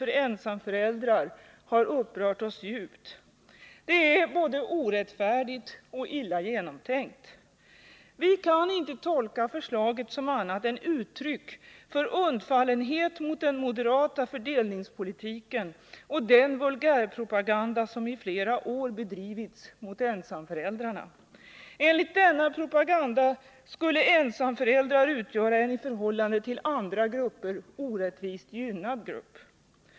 för ensamföräldrar har upprört oss djupt! Det är både orättfärdigt och illa genomtänkt! Vi kan inte tolka förslaget som annat än uttryck för undfallenhet mot den moderata fördelningspolitiken och den vulgärpropaganda som i flera år bedrivits mot ensamföräldrarna. Enligt denna propaganda skulle ensamföräldrar utgöra en i förhållande till andra grupper orättvist gynnad grupp.